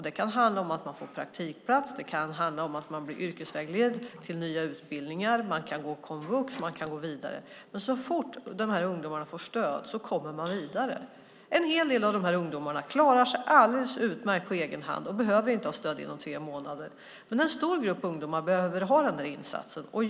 Det kan handla om att de får praktikplats, att de blir yrkesvägledda till nya utbildningar, de kan gå komvux och de kan gå vidare. Så fort dessa ungdomar får stöd kommer de vidare. En del av dessa ungdomar klarar sig alldeles utmärkt på egen hand och behöver inte ha stöd inom tre månader. Men en stor grupp ungdomar behöver ha den insatsen.